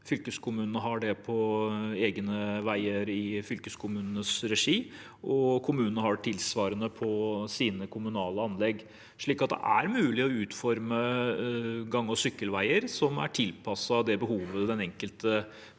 Fylkeskommunene har det på egne veier i fylkeskommunens regi, og kommunene har tilsvarende på sine kommunale anlegg, slik at det er mulig å utforme gang- og sykkelveier som er tilpasset det behovet den enkelte